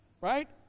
right